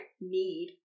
need